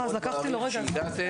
אני מעריך מאוד שהגעתם.